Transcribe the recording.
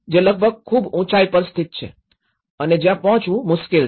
જે લગભગ ખુબ ઉંચાઈ પર સ્થિત છે અને જ્યાં પહોંચવું મુશ્કેલ છે